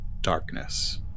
darkness